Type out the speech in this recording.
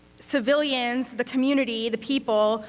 civilians, the community, the people,